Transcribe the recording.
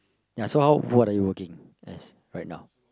ya so how what are you working as right now